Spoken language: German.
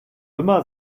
immer